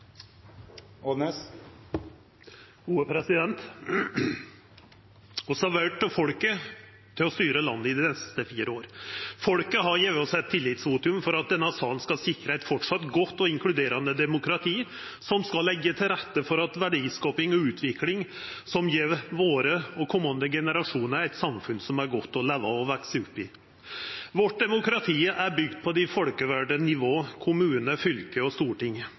folket til å styra landet dei neste fire åra. Folket har gjeve oss eit tillitsvotum for at denne salen skal sikra eit framleis godt og inkluderande demokrati, som skal leggja til rette for verdiskaping og utvikling som gjev vår generasjon og komande generasjonar eit samfunn som er godt å leva og veksa opp i. Vårt demokrati er bygt på dei folkevalde nivåa kommune, fylke og storting,